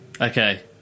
okay